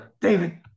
David